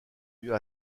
mieux